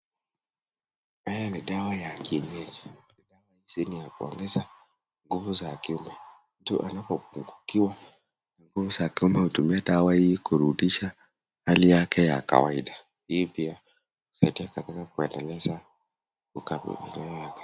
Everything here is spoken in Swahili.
Haya ni dawa ya kienyeji. Hizi ni za kuongeza nguvu za kiume. Mtu anapopungukiwa nguvu za kiume hutumia dawa hii kurudisha hali yake ya kawaida hivyo husaidia kuendeleza katika familia yake.